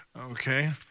okay